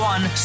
One